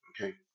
okay